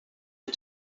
and